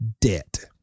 debt